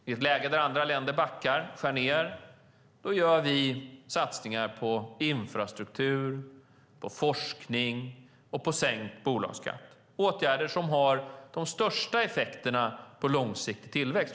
I ett läge där andra länder backar och skär ned gör vi satsningar på infrastruktur och forskning och sänker bolagsskatten - åtgärder som har de största effekterna på långsiktig tillväxt.